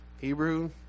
Hebrew